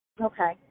Okay